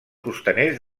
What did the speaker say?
costaners